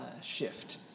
shift